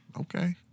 Okay